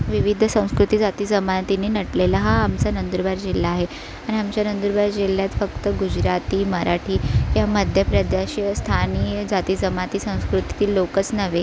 विविध संस्कृती जाती जमातींनी नटलेला हा आमचा नंदुरबार जिल्हा आहे आणि आमच्या नंदुरबार जिल्ह्यात फक्त गुजराती मराठी या मध्य प्रदेशीय स्थानीय जाती जमाती संस्कृतीतील लोकच नव्हे